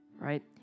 right